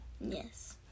Yes